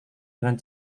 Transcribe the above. dengan